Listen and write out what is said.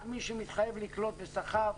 רק מי שמתחייב לקלוט בשכר,